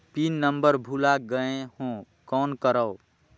Pin number भुला गयें हो कौन करव?